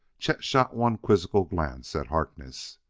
chet shot one quizzical glance at harkness.